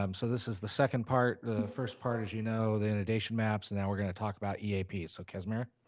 um so this is the second part. the first part, as you know, the inundation maps, and now we're gonna talk about eaps. so kasmira.